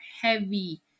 heavy